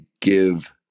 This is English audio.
give